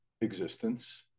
existence